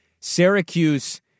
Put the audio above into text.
Syracuse